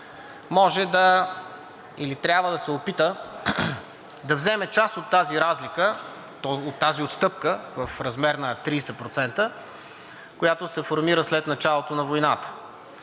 може или трябва да се опита да вземе част от тази разлика, тази отстъпка в размер на 30%, която се формира след началото на войната.